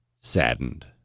saddened